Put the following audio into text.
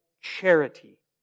charity